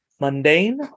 mundane